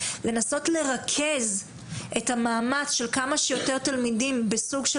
לנסות לרכז את המאמץ של כמה שיותר תלמידים בסוג של